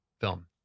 film